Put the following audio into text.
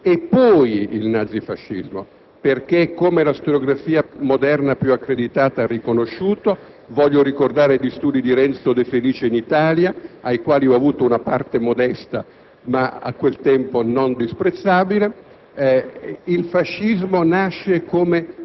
generato prima il comunismo e poi il nazifascismo, perché come la storiografia moderna più accreditata ha riconosciuto (voglio qui ricordare gli studi di Renzo De Felice in Italia, ai quali io ho preso parte in maniera modesta ma, a quel tempo, non disprezzabile),